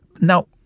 Now